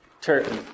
Turkey